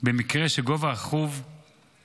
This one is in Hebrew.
במקרה שגובה החיוב